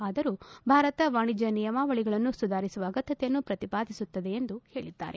ಆದರೂ ಭಾರತ ವಾಣಿಜ್ಯ ನಿಯಮಾವಳಿಗಳನ್ನು ಸುಧಾರಿಸುವ ಅಗತ್ಯತೆಯನ್ನು ಪ್ರತಿಪಾದಿಸುತ್ತದೆ ಎಂದು ಹೇಳಿದ್ದಾರೆ